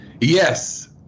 Yes